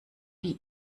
die